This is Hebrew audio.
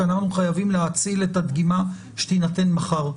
כי אנחנו חייבים --- את הדגימה שתינתן מחר.